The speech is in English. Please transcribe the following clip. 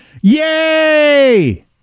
Yay